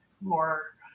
more